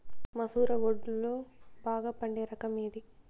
మసూర వడ్లులో బాగా పండే రకం ఏది?